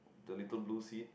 the little blue seat